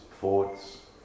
thoughts